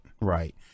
Right